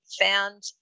found